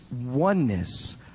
oneness